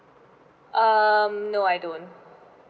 um no I don't